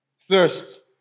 Thirst